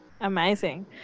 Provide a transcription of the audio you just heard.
amazing